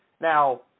Now